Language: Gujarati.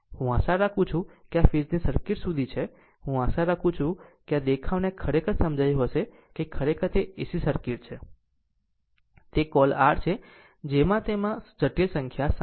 હું આશા રાખું છું કે આ એક ફેઝની સર્કિટ સુધી છે હું આશા રાખું છું કે આ દેખાવને ખરેખર સમજાયું હશે કે ખરેખર તે AC સર્કિટ છે તે કોલ r છે જેમાં તેમાં જટિલ સંખ્યા શામેલ છે